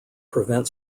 prevent